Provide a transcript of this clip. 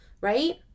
Right